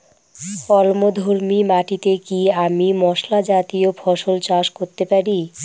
অম্লধর্মী মাটিতে কি আমি মশলা জাতীয় ফসল চাষ করতে পারি?